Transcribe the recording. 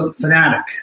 fanatic